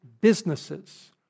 businesses